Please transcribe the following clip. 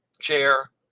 chair